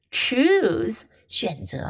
choose,选择